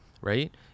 right